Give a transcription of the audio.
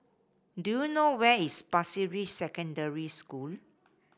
do you know where is Pasir Ris Secondary School